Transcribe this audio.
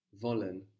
wollen